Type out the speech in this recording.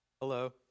Hello